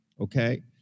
Okay